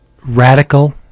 radical